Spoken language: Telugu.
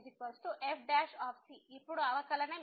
ఇప్పుడు అవకలనం ఏమిటి